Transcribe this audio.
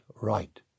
right